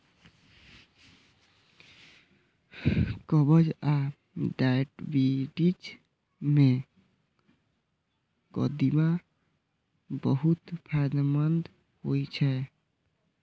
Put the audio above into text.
कब्ज आ डायबिटीज मे कदीमा बहुत फायदेमंद होइ छै